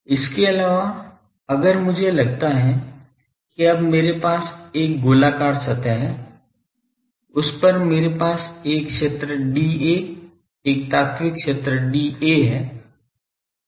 इसके अलावा अगर मुझे लगता है कि अब मेरे पास एक गोलाकार सतह है उस पर मेरे पास एक क्षेत्र dA एक तात्त्विक क्षेत्र dA है